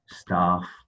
staff